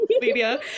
media